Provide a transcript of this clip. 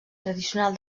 tradicional